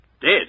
Dead